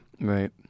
Right